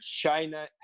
China